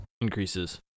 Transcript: increases